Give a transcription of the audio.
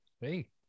Hey